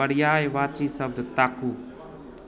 पर्यायवाची शब्द ताकू